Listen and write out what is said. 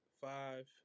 five